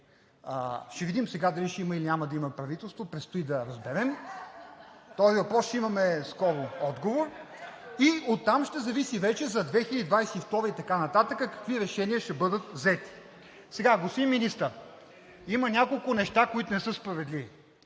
ще видим сега дали ще има, или няма да има правителство, предстои да разберем (смях от ГЕРБ-СДС), по този въпрос ще имаме скоро отговор, и оттам ще зависи вече за 2022-а и така нататък какви решения ще бъдат взети. Господин Министър, има няколко неща, които не са справедливи.